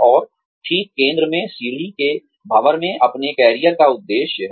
और ठीक केंद्र में सीढ़ी के भंवर में अपने कैरियर का उद्देश्य है